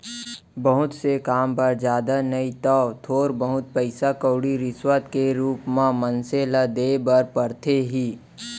बहुत से काम बर जादा नइ तव थोर बहुत पइसा कउड़ी रिस्वत के रुप म मनसे ल देय बर परथे ही